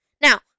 Now